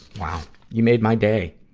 wow. you made my day.